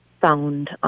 found